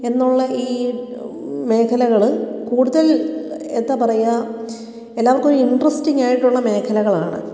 എന്നുള്ള ഈ മേഖലകൾ കൂടുതൽ എന്താ പറയാ എല്ലാവർക്കും ഒരു ഇൻ്ററെസ്റ്റിങ് ആയിട്ടുള്ള മേഖലകളാണ്